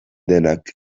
denak